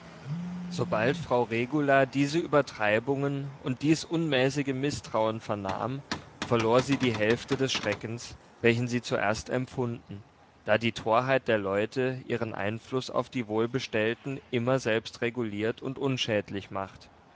sobald frau regula diese übertreibungen und dies unmäßige mißtrauen vernahm verlor sie die hälfte des schreckens welchen sie zuerst empfunden da die torheit der leute ihren einfluß auf die wohlbestellten immer selbst reguliert und unschädlich macht